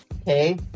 Okay